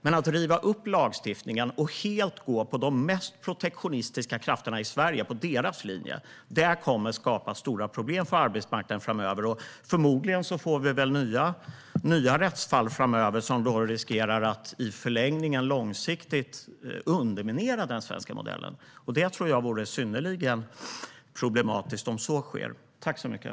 Men att riva upp lagstiftningen och helt gå på de mest protektionistiska krafternas linje i Sverige kommer att skapa stora problem för arbetsmarknaden framöver. Och förmodligen får vi nya rättsfall framöver som riskerar att i förlängningen, långsiktigt, underminera den svenska modellen. Det tror jag vore synnerligen problematiskt.